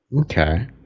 Okay